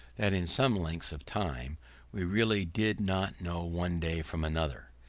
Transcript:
that in some length of time we really did not know one day from another.